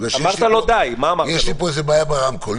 יש לי פה איזו בעיה ברמקול.